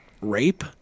Rape